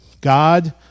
God